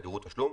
תדירות תשלום,